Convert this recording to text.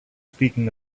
speaking